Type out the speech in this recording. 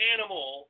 Animal